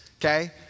okay